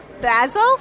Basil